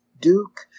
Duke